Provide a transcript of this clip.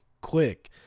quick